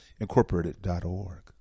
Incorporated.org